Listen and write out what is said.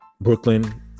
Brooklyn